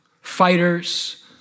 fighters